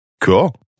Cool